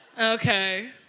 Okay